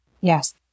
Yes